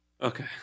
Okay